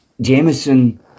Jameson